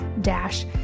dash